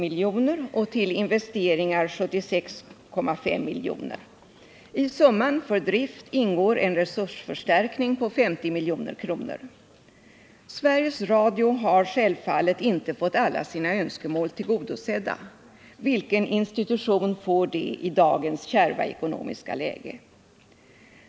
I summan för drift ingår en resursförstärkning på 50 milj.kr. Sveriges Radio har självfallet inte fått alla sina önskemål tillgodosedda. Vilken institution får det i dagens kärva ekonomiska läge!